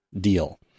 deal